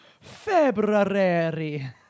February